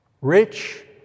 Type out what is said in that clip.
rich